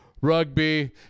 rugby